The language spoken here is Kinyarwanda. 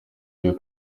ibyo